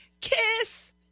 KISS